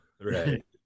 Right